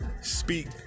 speak